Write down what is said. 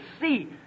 see